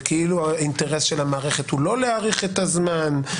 זה כאילו האינטרס של המערכת הוא לא להאריך את הזמן.